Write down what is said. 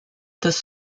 das